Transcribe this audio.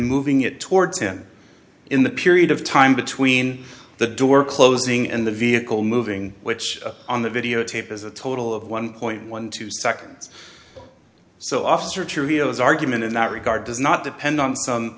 moving it towards him in the period of time between the door closing and the vehicle moving which on the videotape is a total of one point one two seconds so officer trujillo's argument in that regard does not depend on